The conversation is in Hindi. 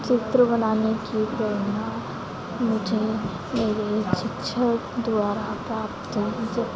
चित्र बनाने की प्रेरणा मुझे मेरे शिक्षक द्वारा प्राप्त हुई जब